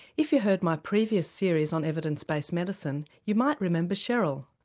if you heard my previous series on evidence based medicine you might remember cheryl.